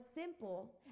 simple